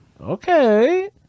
Okay